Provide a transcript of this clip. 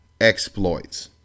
exploits